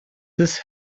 this